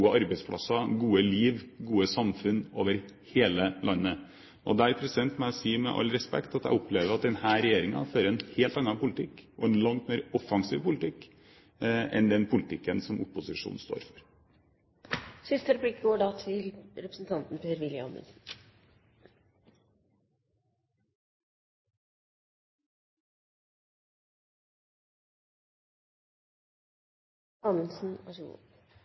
arbeidsplasser, gode liv, gode samfunn over hele landet. Der må jeg med all respekt si at jeg opplever at denne regjeringen fører en helt annen politikk og en langt mer offensiv politikk enn den politikken opposisjonen står for. Jeg må si at jeg ble ikke helt klok på representanten